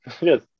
Yes